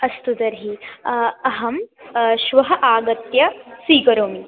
अस्तु तर्हि अहं श्वः आगत्य स्वीकरोमि